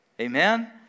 Amen